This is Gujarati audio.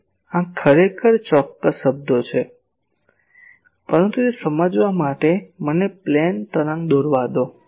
હવે આ ખરેખર ચોક્કસ શબ્દો છે પરંતુ તે સમજવા માટે મને પ્લેન તરંગ દોરવા દો